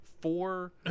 four